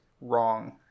wrong